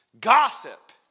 Gossip